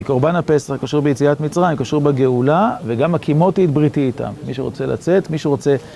קורבן הפסח קשור ביציאת מצרים, קשור בגאולה וגם הקימותי את בריתי איתם, מי שרוצה לצאת, מי שרוצה...